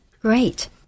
Great